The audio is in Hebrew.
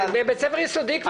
בבית ספר יסודי כבר למדנו את זה.